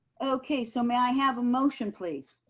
okay. so may i have a motion please?